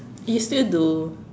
he still do